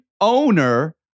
owner